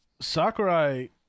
Sakurai